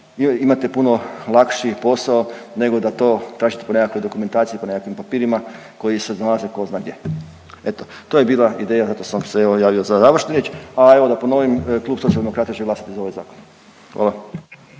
imate puno lakši posao nego da to tražite po nekakvoj dokumentaciji, po nekakvim papirima koji se nalaze tko zna gdje. Eto to je bila ideja zato sam se ovdje javio za završnu riječ. A evo da ponovim klub Socijaldemokrata će glasati za ovaj zakon. Hvala.